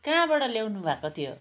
कहाँबड ल्याउनु भएको थियो